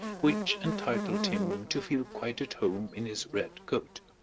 which entitled him to feel quite at home in his red coat.